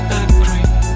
agree